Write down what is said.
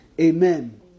Amen